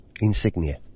Insignia